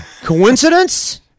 Coincidence